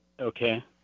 okay